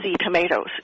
tomatoes